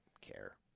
care